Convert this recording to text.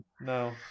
No